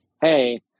hey